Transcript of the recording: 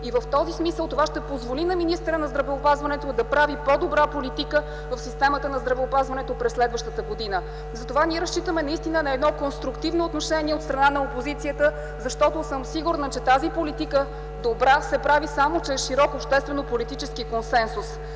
и в този смисъл това ще позволи на министъра на здравеопазването да прави по-добра политика в системата на здравеопазването през следващата година. Затова ние разчитаме на конструктивно отношение от страна на опозицията, защото съм сигурна, че тази добра политика се прави само чрез широк обществено политически консенсус.